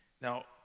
Now